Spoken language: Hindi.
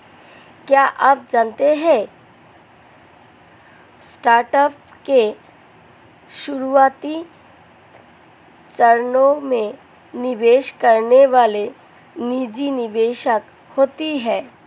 क्या आप जानते है स्टार्टअप के शुरुआती चरणों में निवेश करने वाले निजी निवेशक होते है?